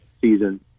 season